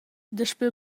daspö